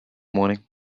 morning